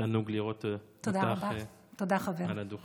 תענוג לראות אותך על הדוכן.